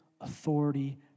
authority